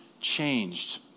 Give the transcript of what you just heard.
changed